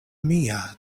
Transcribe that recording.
mia